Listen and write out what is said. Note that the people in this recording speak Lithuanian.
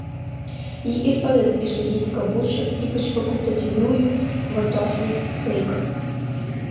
ji ir padeda išlaikyti kabučių ypač fakultatyviųjų vartosenos saiką